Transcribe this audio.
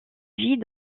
vit